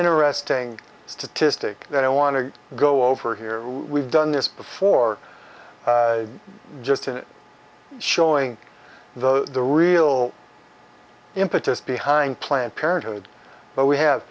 interesting statistic that i want to go over here we've done this before just in showing the the real impetus behind planned parenthood but we have